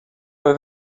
oedd